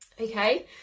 Okay